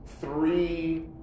three